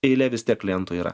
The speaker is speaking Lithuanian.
eilė vis tiek klientų yra